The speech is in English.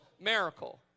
miracle